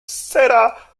será